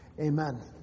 amen